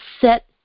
Set